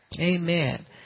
Amen